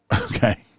Okay